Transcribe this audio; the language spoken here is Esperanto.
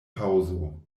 paŭzo